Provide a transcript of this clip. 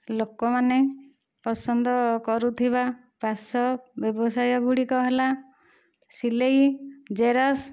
ଲୋକମାନେ ପସନ୍ଦ କରୁଥିବା ପାର୍ଶ୍ୱ ବ୍ୟବସାୟ ଗୁଡ଼ିକ ହେଲା ସିଲେଇ ଜେରକ୍ସ